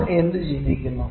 നമ്മൾ എന്ത് ചിന്തിക്കുന്നു